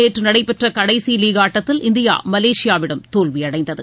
நேற்று நடைபெற்ற கடைசி லீக் ஆட்டத்தில் இந்தியா மலேசியாவிடம் தோல்வியடைந்தது